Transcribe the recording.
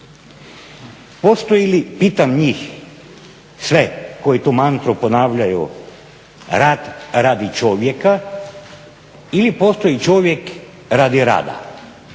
Postoji li, pitam njih sve koji tu mantru ponavljaju, rad radi čovjeka ili postoji čovjek radi rada?